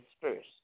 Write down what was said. first